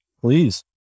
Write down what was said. Please